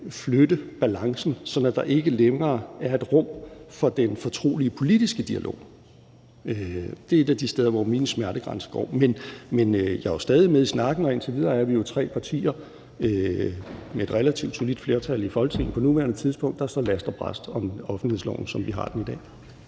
flytte balancen, sådan at der ikke længere er et rum for den fortrolige politiske dialog. Det er et af de steder, hvor min smertegrænse går. Men jeg er jo stadig med i snakken, og indtil videre er vi tre partier med et relativt solidt flertal i Folketinget på nuværende tidspunkt, der står last og brast om offentlighedsloven, som vi har den i dag.